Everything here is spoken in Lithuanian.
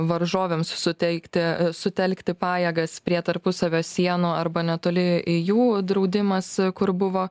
varžovėms suteikti sutelkti pajėgas prie tarpusavio sienų arba netoli jų draudimas kur buvo